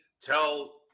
tell